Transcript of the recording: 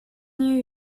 new